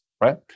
right